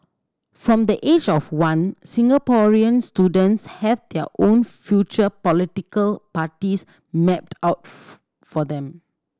from the age of one Singaporean students have their own future political parties mapped out for them